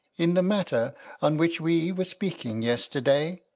in the matter on which we were speaking yesterday?